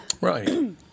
Right